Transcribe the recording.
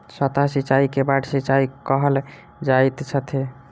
सतह सिचाई के बाढ़ सिचाई कहल जाइत अछि